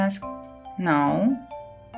No